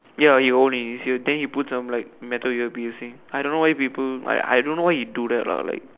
ya he old in his ear than he put some like metal ear piercing I don't know why people I don't know why he do that lah like